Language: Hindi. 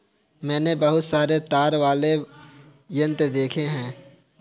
मैंने बहुत सारे तार वाले वाद्य यंत्र देखे हैं